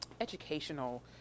educational